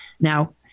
Now